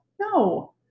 no